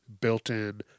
built-in